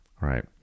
right